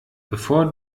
bevor